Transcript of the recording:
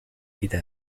دیده